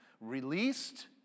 released